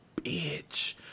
bitch